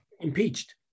Impeached